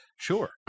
Sure